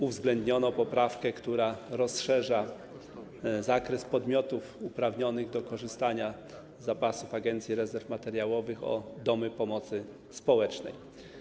Uwzględniono np. poprawkę, która rozszerza zakres podmiotów uprawnionych do korzystania z zapasów Agencji Rezerw Materiałowych o domy pomocy społecznej.